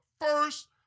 first